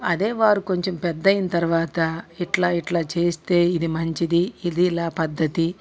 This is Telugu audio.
అదే వారు కొంచెం పెద్దైన తర్వాత ఇట్లా ఇట్లా చేస్తే ఇది మంచిది ఇది ఇలా పద్ధతి